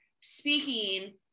speaking